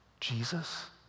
Jesus